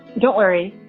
don't worry.